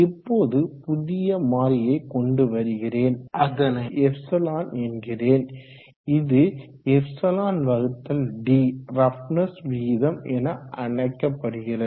இப்போது புதிய மாறியை கொண்டு வருகிறேன் அதனை ε என்கிறேன் இது εd ரஃ ப்னஸ் விகிதம் என அழைக்கப்படுகிறது